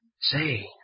Say